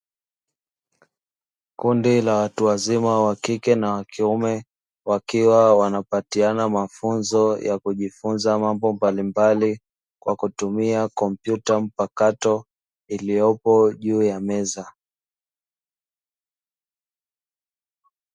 Kundi la watu wazima wa kike na wa kiume, wakiwa wanapatiana mafunzo ya kujifunza mambo mbalimbali, kwa kutumia kompyuta mpakato iliyopo juu ya meza.